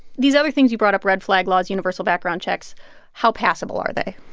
these other things you brought up red-flag laws, universal background checks how passable are they?